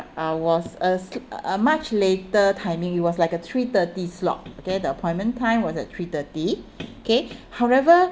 I was aslee~ a a much later timing it was like a three thirty slot okay the appointment time was at three thirty okay however